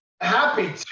Happy